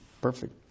perfect